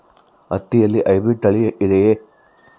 ಹತ್ತಿಯಲ್ಲಿ ಹೈಬ್ರಿಡ್ ತಳಿ ಇದೆಯೇ?